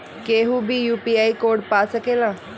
केहू भी UPI code पा सकेला?